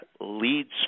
leads